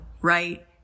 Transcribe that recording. right